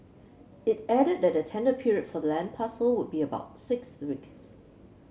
it added that the tender period for the land parcel would be about six weeks